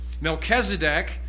Melchizedek